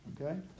Okay